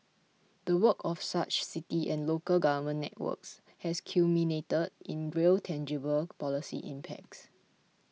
the work of such city and local government networks has culminated in real tangible policy impacts